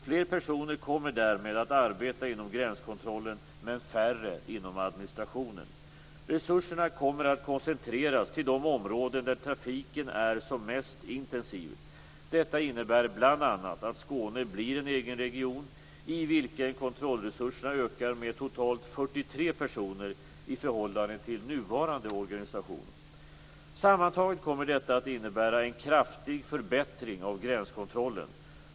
Fler personer kommer därmed att arbeta inom gränskontrollen men färre inom administrationen. Resurserna kommer att koncentreras till de områden där trafiken är som mest intensiv. Detta innebär bl.a. att Skåne blir en egen region i vilken kontrollresurserna ökar med totalt 43 Sammantaget kommer detta att innebära en kraftig förbättring av gränskontrollen.